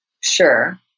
Sure